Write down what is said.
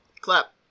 clap